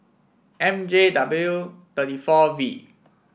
M J W thirty four V